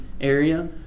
area